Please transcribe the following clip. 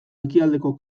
ekialdeko